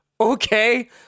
okay